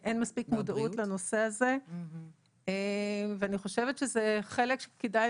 אין מספיק מודעות לנושא הזה ואני חושבת שזה חלק וכדאי